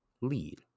lead